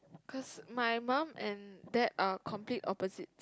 cause my mum and dad are complete opposite